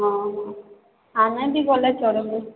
ହଁ ହଁ ଆମେ ବି ଗଲେ ଚଳିବ